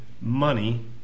money